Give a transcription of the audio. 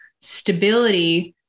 stability